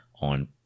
on